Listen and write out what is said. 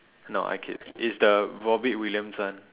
no I kid it's the robin williams one